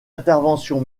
intervention